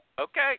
Okay